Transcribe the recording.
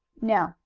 now,